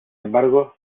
embargo